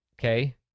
Okay